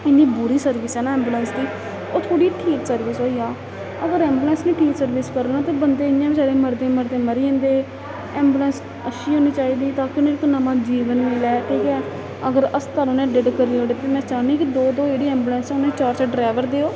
इन्नी बुरी सर्विस ऐ न ऐंबुलेंस दी ओह् थोह्ड़ी ठीक सर्विस होई जा अगर ऐंबुलेंस निं ठीक सर्विस करना ते बंदे इ'यां बेचारे मरदे मरदे मरी जंदे ऐंबुलेंस अच्छी होनी चाहिदी ताकि उ'नेंगी नमां जीवन मिलै ठीक ऐ अगर अस्पताल उ'नें एडिड करी ओड़े ते में चाह्न्नी कि दो दो जेह्ड़ी ऐंबुलेंस ऐ उ'नें चार चार ड्रैवर देओ